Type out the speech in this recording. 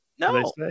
No